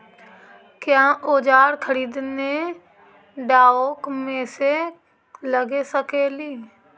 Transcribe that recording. क्या ओजार खरीदने ड़ाओकमेसे लगे सकेली?